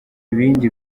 ibindi